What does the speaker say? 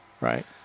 Right